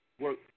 work